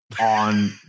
on